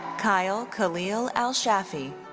kyle kaleel ashafi.